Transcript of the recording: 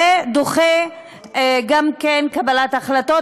ודוחה גם קבלת החלטות.